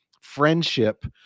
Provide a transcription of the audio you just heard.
friendship